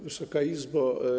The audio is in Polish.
Wysoka Izbo!